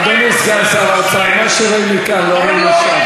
אדוני סגן שר האוצר, מה שרואים מכאן לא רואים משם.